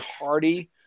hearty